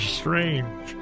strange